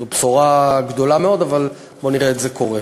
זו בשורה גדולה מאוד, אבל בואו נראה את זה קורה.